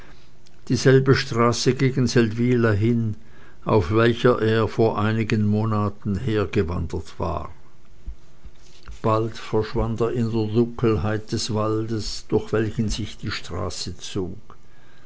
dieselbe straße gegen seldwyla hin auf welcher er vor einigen monaten hergewandert war bald verschwand er in der dunkelheit des waldes durch welchen sich die straße zog